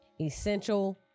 essential